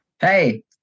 Hey